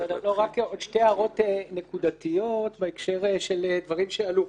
עוד שתי הערות נקודתיות בהקשר של דברים שעלו.